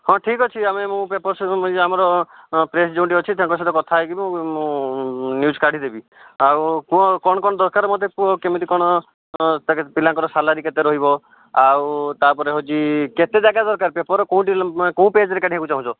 ହଁ ଠିକ ଅଛି ଆମେ ମୁଁ ପେପର ସେସବୁ ଆମର ପ୍ରେସ ଯେଉଁଠି ଅଛି ତାଙ୍କ ସହିତ କଥା ହୋଇଯିବୁ ମୁଁ ନ୍ୟୁଜ କାଢ଼ିଦେବି ଆଉ କୁହ କ'ଣ କ'ଣ ଦରକାର ମୋତେ କୁହ କେମିତି କ'ଣ ତାଙ୍କେ ପିଲାଙ୍କର ସ୍ୟାଲେରି କେତେ ରହିବ ଆଉ ତା'ପରେ ହେଉଛି କେତେ ଜାଗା ଦରକାର ପେପରର କେଉଁଠି ମାନେ କେଉଁ ପେଜରେ କାଢ଼ିବାକୁ ଚାହୁଁଛ